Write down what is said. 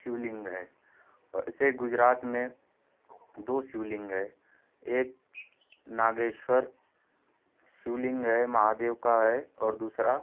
शिवलिंग है और ऐसे ही गुजरात में दो शिवलिंग है एक नागेश्वर शिवलिंग है महादेव का है और दूसरा